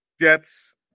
Jets